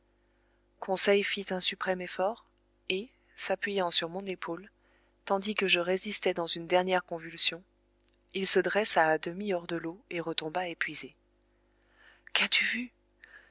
conseil fit un suprême effort et s'appuyant sur mon épaule tandis que je résistais dans une dernière convulsion il se dressa à demi hors de l'eau et retomba épuisé qu'as-tu vu